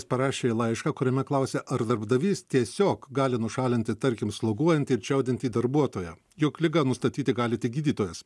parašė laišką kuriame klausia ar darbdavys tiesiog gali nušalinti tarkim sloguojantį ir čiaudintį darbuotoją juk ligą nustatyti gali tik gydytojas